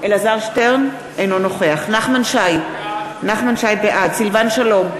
אינו נוכח נחמן שי, בעד סילבן שלום,